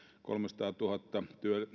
kolmesataatuhatta